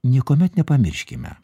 niekuomet nepamirškime